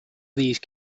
these